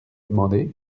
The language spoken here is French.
demandé